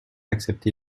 accepté